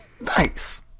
Nice